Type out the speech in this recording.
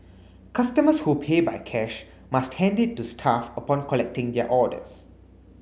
customers who pay by cash must hand it to staff upon collecting their orders